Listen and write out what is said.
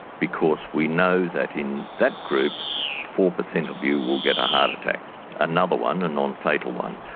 because we know that in that group four percent of you will get a heart attack another one, a non-fatal one.